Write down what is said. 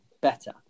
better